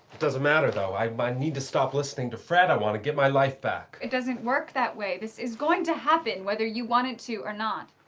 doesn't matter though. i but need to stop listening to fred. i want to get my life back. it doesn't work that way. this is going to happen whether you want it to or not.